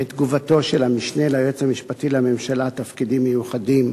את תגובתו של המשנה ליועץ המשפטי לממשלה (תפקידים מיוחדים)